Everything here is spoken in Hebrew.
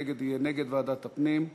נגד יהיה נגד ועדת הפנים.